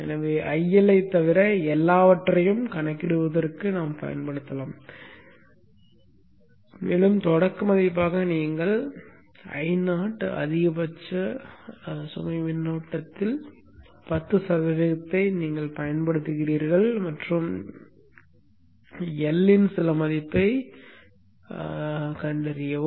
எனவே IL ஐத் தவிர எல்லாவற்றையும் கணக்கிடுவதற்குப் பயன்படுத்தலாம் மேலும் தொடக்க மதிப்பாக நீங்கள் Io அதிகபட்ச சுமை மின்னோட்டத்தில் 10 சதவிகிதத்தைப் பயன்படுத்துகிறீர்கள் மற்றும் L இன் சில மதிப்பைக் கண்டறியவும்